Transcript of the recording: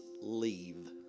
leave